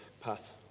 path